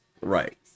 right